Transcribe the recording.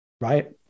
right